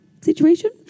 situation